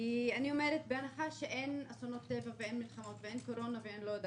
כי אני אומרת שבהנחה שאין אסונות טבע ואין מלחמות ואין קורונה וכולי,